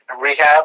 rehab